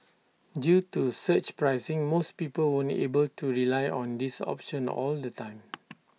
due to surge pricing most people won't able to rely on this option all the time